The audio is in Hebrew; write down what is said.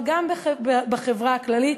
אבל גם בחברה הכללית,